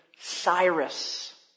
Cyrus